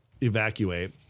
evacuate